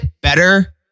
better